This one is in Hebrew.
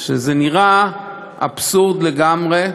וזה נראה אבסורד לגמרי.